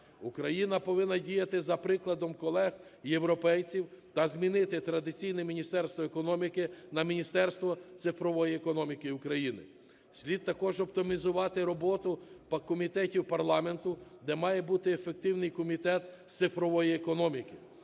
Україна повинна діяти за прикладом колег європейців та змінити традиційне Міністерство економіки на Міністерство цифрової економіки України. Слід також оптимізувати роботу комітетів парламенту, де має бути ефективний комітет з цифрової економіки.